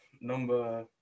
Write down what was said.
number